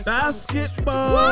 Basketball